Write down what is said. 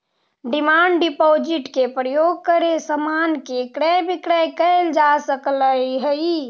demand deposit के प्रयोग करके समान के क्रय विक्रय कैल जा सकऽ हई